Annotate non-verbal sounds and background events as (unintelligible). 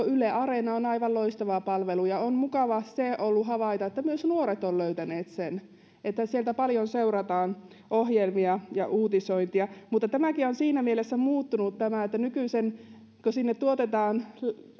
(unintelligible) yle areena on aivan loistava palvelu ja on mukava ollut havaita se että myös nuoret ovat löytäneet sen ja sieltä paljon seurataan ohjelmia ja uutisointia mutta tämäkin on siinä mielessä muuttunut että nykyisin kun sinne tuotetaan